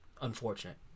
unfortunate